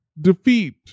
Defeat